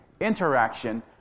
interaction